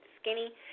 skinny